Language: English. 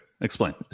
Explain